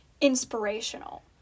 inspirational